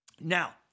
Now